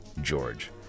George